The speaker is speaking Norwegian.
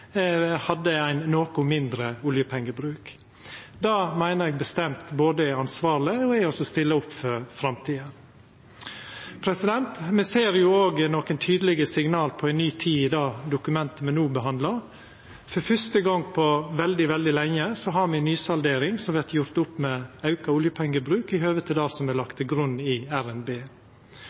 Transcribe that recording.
hadde ein noko mindre oljepengebruk. Det meiner eg bestemt er både ansvarleg og å stille opp for framtida. Me ser òg nokre tydelege signal om ei ny tid i det dokumentet me no handsamar. For fyrste gong på veldig, veldig lenge har me ei nysaldering som vert gjord opp med auka oljepengebruk i høve til det som er lagt til grunn i RNB.